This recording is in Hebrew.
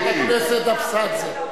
חברת הכנסת אבסדזה.